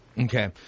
Okay